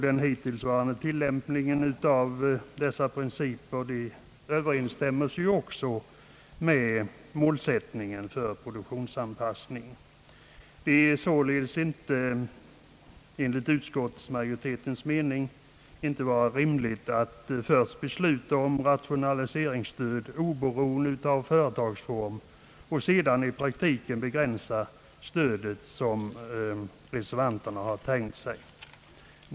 Den hittillsvarande tillämpningen av dessa principer överensstämmer också med målsättningen för produktionsanpassningen. Det kan således enligt utskottsmajo ritetens mening inte vara rimligt att först besluta om rationaliseringsstöd oberoende av företagsform, och sedan i praktiken begränsa stödet såsom reservanterna tänkt sig.